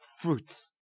fruits